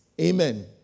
Amen